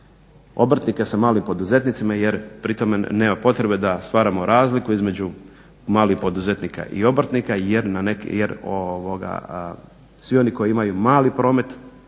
obrtnike sa malim poduzetnicima jer pri tome nema potrebe da stvaramo razliku između malih poduzetnika i obrtnika jer svi oni koji imaju mali promet